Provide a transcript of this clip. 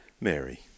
Mary